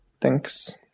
Thanks